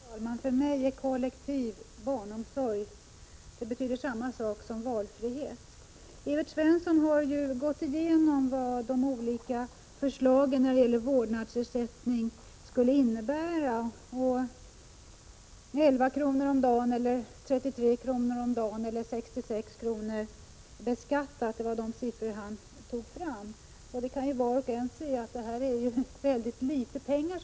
Herr talman! För mig betyder kollektiv barnomsorg detsamma som valfrihet. Evert Svensson har gått igenom vad de olika förslagen till vårdnadsersättning skulle innebära. 11 kr. per dag, 33 kr. per dag eller 66 kr. beskattat var de siffror han tog fram. Var och en kan se att det handlar om väldigt litet pengar.